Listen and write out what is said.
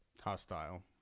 hostile